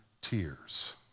tears